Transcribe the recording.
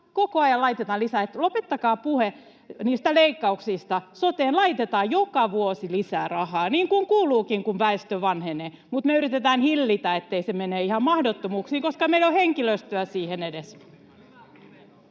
koko ajan laitetaan lisää, niin että lopettakaa puhe niistä leikkauksista. Soteen laitetaan joka vuosi lisää rahaa, niin kuin kuuluukin, kun väestö vanhenee. Mutta me yritetään hillitä, ettei se menee ihan mahdottomuuksiin, koska meillä ei ole edes henkilöstöä siihen.